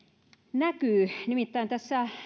näkyy nimittäin myös tässä